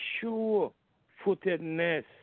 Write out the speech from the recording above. sure-footedness